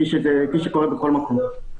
כפי שקורה בכל מקום.